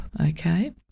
okay